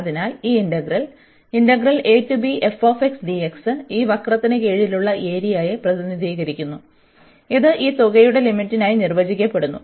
അതിനാൽ ഈ ഇന്റഗ്രൽ ഈ വക്രത്തിന് കീഴിലുള്ള ഏരിയയെ പ്രതിനിധീകരിക്കുന്നു ഇത് ഈ തുകയുടെ ലിമിറ്റായി നിർവചിക്കപ്പെടുന്നു